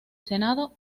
senado